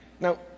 Now